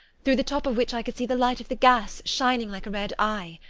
through the top of which i could see the light of the gas shining like a red eye.